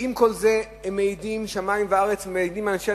ועם כל זה הם מעידים שמים וארץ ומעידים אנשי